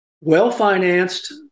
well-financed